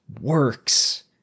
works